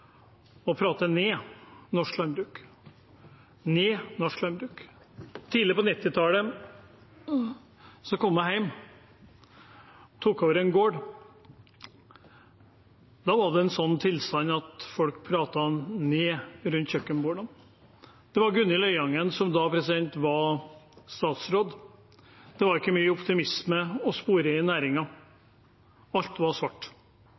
ned norsk landbruk. Tidlig på 1990-tallet kom jeg hjem og tok over en gård. Da var det sånne tilstander at folk pratet det ned rundt kjøkkenbordene. Det var Gunhild Øyangen som da var statsråd. Det var ikke mye optimisme å spore i næringen. Alt var svart.